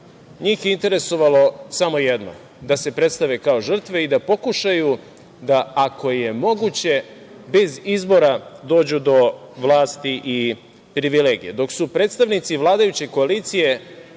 njih je interesovalo samo jedno – da se predstave kao žrtve i da pokušaju da, ako je moguće, bez izbora dođu do vlasti i privilegija. Dok su predstavnici vladajuće koalicije